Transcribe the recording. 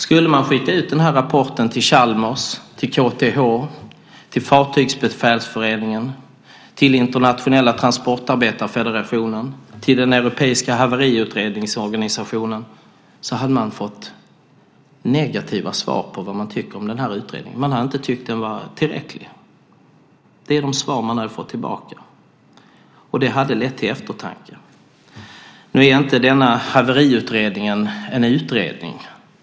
Skulle man skicka ut denna rapport till Chalmers, till KTH, till Fartygsbefälsföreningen, till Internationella Transportarbetarefederationen och till den europeiska haveriutredningsorganisationen hade man fått negativa svar på vad de tycker om denna utredning. De hade inte tyckt att den var tillräcklig. Det är de svar som man hade fått tillbaka. Och det hade lett till eftertanke. Nu är inte denna haveriutredning en utredning.